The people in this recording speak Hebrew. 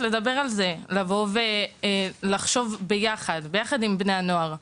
לבוא ולדבר על הנושא ולחשוב ביחד עם בני הנוער,